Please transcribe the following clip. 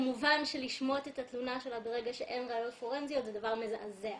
כמובן שלשמוט את התלונה שלה ברגע שאין ראיות פורנזיות זה דבר מזעזע.